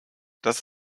das